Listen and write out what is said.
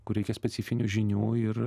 kur reikia specifinių žinių ir